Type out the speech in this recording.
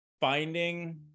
Finding